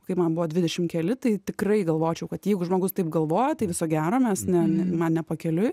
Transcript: kai man buvo dvidešim keli tai tikrai galvočiau kad jeigu žmogus taip galvoja tai viso gero mes ne man ne pakeliui